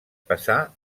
passà